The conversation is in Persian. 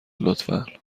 لطفا